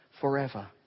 forever